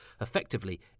effectively